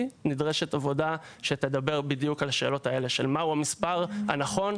נדרשת עבודה שתדבר בדיוק על השאלות האלה של מהו המספר הנכון,